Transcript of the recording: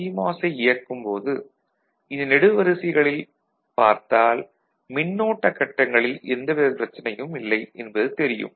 CMOS ஐ இயக்கும்போது இந்த நெடுவரிசைகளில் பார்த்தால் மின்னோட்ட கட்டங்களில் எந்த வித பிரச்சனையும் இல்லை என்பது தெரியும்